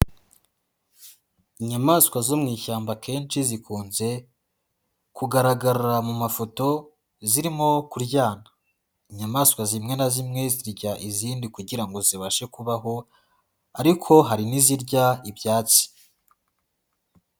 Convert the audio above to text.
Inyamaswa zo mu ishyamba akenshi zikunze kugaragara mu mafoto zirimo kuryana, inyamaswa zimwe na zimwe zirya izindi kugira ngo zibashe kubaho ariko hari n'izirya ibyatsi.